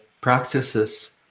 practices